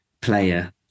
player